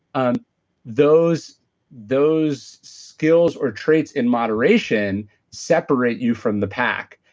um those those skills or traits in moderation separate you from the pack,